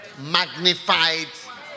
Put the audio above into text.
magnified